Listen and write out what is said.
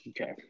okay